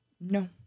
No